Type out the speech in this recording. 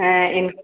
ആ